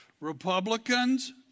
Republicans